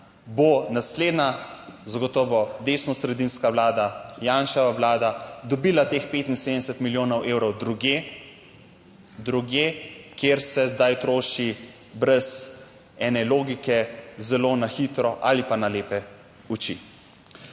bo naslednja zagotovo desnosredinska vlada, Janševa vlada dobila teh 75 milijonov evrov drugje. Drugje, kjer se zdaj troši brez ene logike zelo na hitro ali pa na lepe oči.